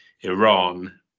Iran